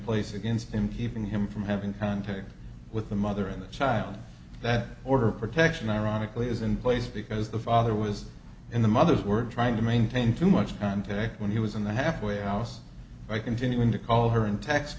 place against him he even him from having contact with the mother in the child in that order of protection ironically is in place because the father was in the mother's work trying to maintain too much contact when he was in the halfway house by continuing to call her and t